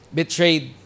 betrayed